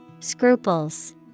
Scruples